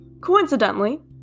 coincidentally